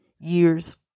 years